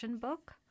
book